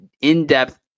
in-depth